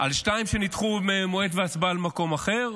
שתיים שנדחו להצבעה במועד אחר,